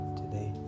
today